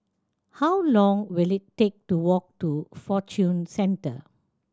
how long will it take to walk to Fortune Centre